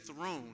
throne